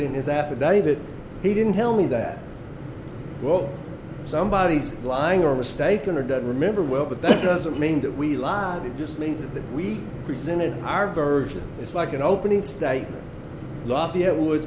in his affidavit he didn't tell me that well somebody is lying or mistaken or don't remember well but that doesn't mean that we live it just means that we presented our version it's like an opening statement lafayette w